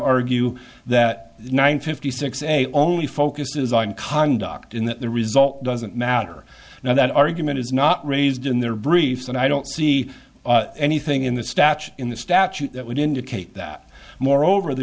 argue that nine fifty six a only focuses on conduct in the result doesn't matter now that argument is not raised in their briefs and i don't see anything in the statute in the statute that would indicate that moreover the